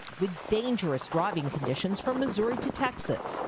with dangerous, driving conditions, from missouri to texas.